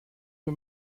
für